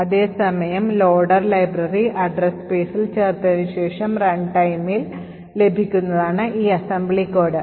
അതേസമയം loader library address spaceൽ ചേർത്തതിനുശേഷം റൺടൈമിൽ ലഭിക്കുന്നതാണ് ഈ അസംബ്ലി കോഡ്